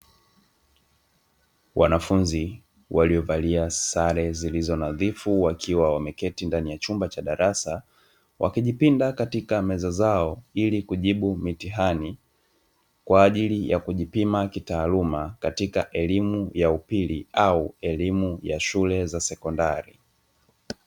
Wanafunzi waliovalia sare zilizonadhifu wakiwa wameketi ndani ya chumba cha darasa, wakijipinda katika meza zao ili kujibu mitihani kwa ajili ya kujipima kitaaluma katika elimu ya upili au elimu ya shule za sekondari.